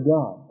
God